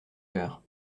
chœur